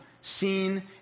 seen